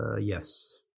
Yes